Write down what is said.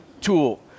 tool